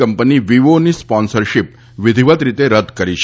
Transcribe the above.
company વીવોની sponsorship વિધિવત રીતે રદ કરી છે